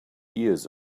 years